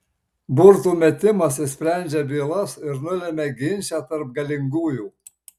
burtų metimas išsprendžia bylas ir nulemia ginčą tarp galingųjų